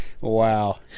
Wow